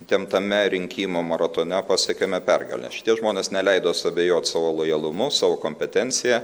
įtemptame rinkimų maratone pasiekėme pergalę šitie žmonės neleido suabejot savo lojalumu savo kompetencija